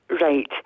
Right